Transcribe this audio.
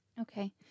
Okay